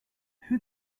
who